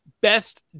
best